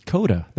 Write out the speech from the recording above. Coda